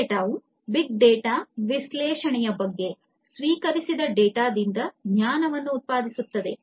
big data ವು big data ವಿಶ್ಲೇಷಣೆಯ ಬಗ್ಗೆ ಸ್ವೀಕರಿಸಿದ ಡೇಟಾದಿಂದ ಜ್ಞಾನವನ್ನು ಉತ್ಪಾದಿಸುತ್ತದೆ